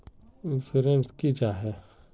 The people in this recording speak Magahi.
इंश्योरेंस की जाहा?